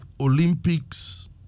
Olympics